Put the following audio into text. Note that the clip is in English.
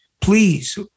please